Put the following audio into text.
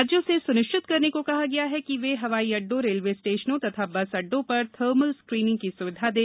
राज्यों से स्निश्चित करने को कहा गया है कि वे हवाई अड्डों रेलवे स्टेशनों तथा बस अड्डों पर थर्मल स्क्रीनिंग की स्विधा दें